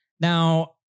Now